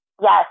yes